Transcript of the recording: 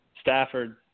Stafford